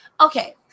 Okay